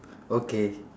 okay